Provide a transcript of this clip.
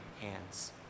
hands